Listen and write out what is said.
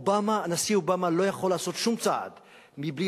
הנשיא אובמה לא יכול לעשות שום צעד מבלי